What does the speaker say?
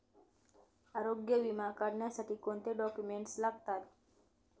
आरोग्य विमा काढण्यासाठी कोणते डॉक्युमेंट्स लागतात?